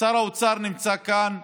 ששר האוצר נמצא כאן.